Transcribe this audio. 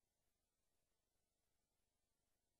מי